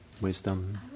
wisdom